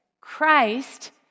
Christ